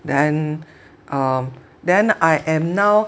then um then I am now